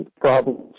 problems